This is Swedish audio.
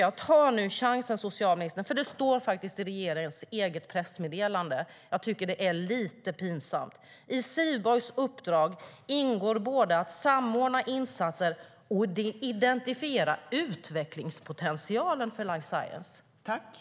Jag tycker att det är lite pinsamt - det står faktiskt i regeringens eget pressmeddelande: "I Sivborgs uppdrag ingår både att samordna insatser och identifiera utvecklingspotentialen för Life Science."